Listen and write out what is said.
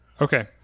Okay